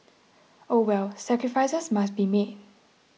oh well sacrifices must be made